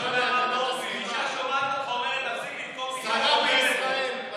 שרה בישראל.